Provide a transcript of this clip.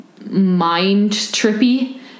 mind-trippy